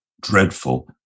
dreadful